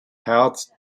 herz